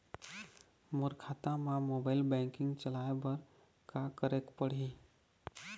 मोर खाता मा mobile banking चलाए बर का करेक पड़ही?